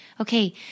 okay